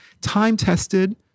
Time-tested